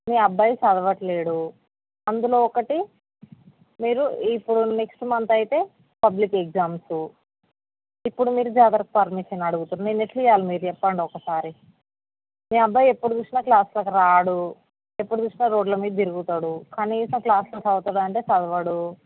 మీ అబ్బాయి చదవట్లేడు అందులో ఒకటి మీరు ఇప్పుడు నెక్స్ట్ మంత్ అయితే పబ్లిక్ ఎగ్జామ్స్ ఇప్పుడు మీరు జాతరకు పర్మిషన్ అడుగుతుర్రు నేను ఎట్లా ఇవ్వాలి మీరు చెప్పండి ఒకసారి మీ అబ్బాయి ఎప్పుడు చూసిన క్లాస్లకి రాడు ఎప్పుడు చూసినా రోడ్లు మీద తిరుగుతాడు కనీసం క్లాస్లో చదువుతాడా అంటే చదవడు